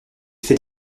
fait